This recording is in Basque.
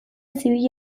zibil